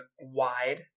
wide